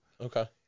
Okay